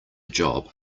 job